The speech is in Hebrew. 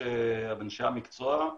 ובאנשי המקצוע.